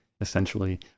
essentially